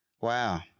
wow